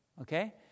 okay